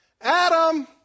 Adam